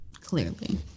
clearly